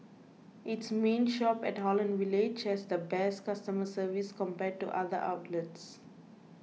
its main shop at Holland Village has the best customer service compared to other outlets